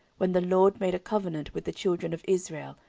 when the lord made a covenant with the children of israel,